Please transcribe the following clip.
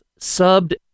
subbed